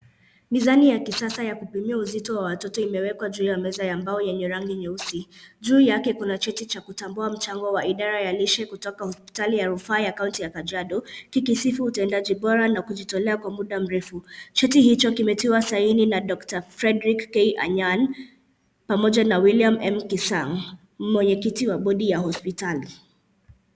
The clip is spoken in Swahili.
Mizani ya kisasa ya kupimia uzito wa watoto imewekwa juu ya meza ya mbao yenye rangi nyeusi, juu yake kuna cheti cha kutambua mchango wa idara ya lishe kutoka hospitali ya rufa ya Kaunti ya Kajiado kikisifu utendaji bora na kujitolea kwa muda mrefu, cheti hicho kimetiwa saini na Dr. Fredrick K. Anyan pamoja na William M. Kisang, mwenyeketi wa bodi la hospitali.